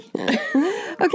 Okay